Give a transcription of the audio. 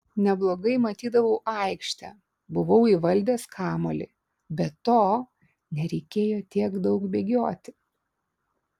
neblogai matydavau aikštę buvau įvaldęs kamuolį be to nereikėjo tiek daug bėgioti